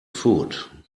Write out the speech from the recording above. food